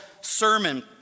sermon